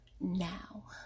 now